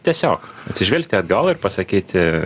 tiesiog atsižvelgti atgal ir pasakyti